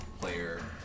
player